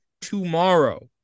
tomorrow